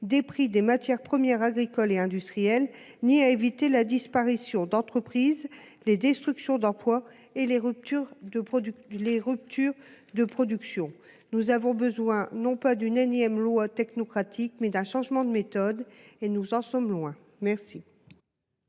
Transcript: prix des matières premières agricoles et industrielles ni à éviter la disparition d'entreprises, les destructions d'emplois et les ruptures de production. Nous avons besoin non pas d'une énième loi technocratique, mais d'un changement de méthode. Or nous en sommes loin. La